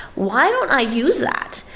why don't i use that?